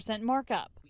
markup